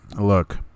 Look